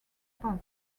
past